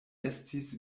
estis